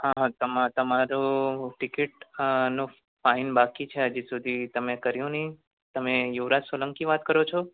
હા તમારું ટિકિટ નો ફાઇન બાકી છે હજી સુધી તમે કર્યું નહીં તમે યુવરાજ સોલંકી વાત કરો છો